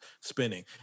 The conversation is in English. spinning